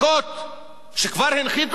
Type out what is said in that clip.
שכבר הנחיתו ושעוד ינחיתו: